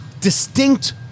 distinct